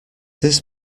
this